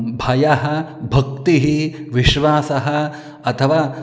भयः भक्तिः विश्वासः अथवा